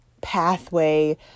pathway